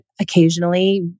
occasionally